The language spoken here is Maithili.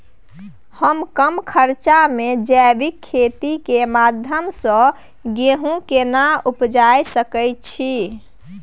हम कम खर्च में जैविक खेती के माध्यम से गेहूं केना उपजा सकेत छी?